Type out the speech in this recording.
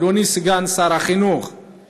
אדוני סגן שר החינוך,